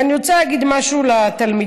אני רוצה להגיד משהו לתלמידים: